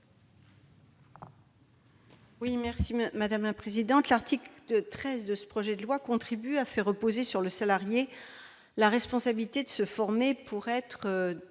à Mme Laurence Cohen. L'article 13 de ce projet de loi contribue à faire reposer sur le salarié la responsabilité de se former pour être